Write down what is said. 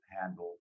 handle